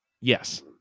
Yes